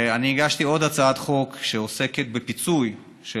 אני הגשתי עוד הצעת חוק שעוסקת בפיצוי של